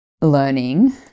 learning